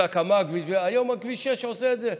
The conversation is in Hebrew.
הקמ"ג, היום כביש 6 עושה את זה.